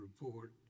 report